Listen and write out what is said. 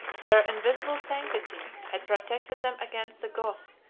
their invisible sanctity had protected them against the goths,